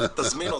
תזמין אותי.